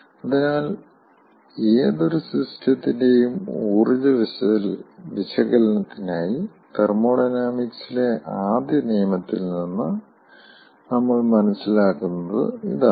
അതിനാൽ ഏതൊരു സിസ്റ്റത്തിന്റെയും ഊർജ്ജ വിശകലനത്തിനായി തെർമോഡൈനാമിക്സിലെ ആദ്യ നിയമത്തിൽ നിന്ന് നമ്മൾ മനസ്സിലാക്കുന്നത് ഇതാണ്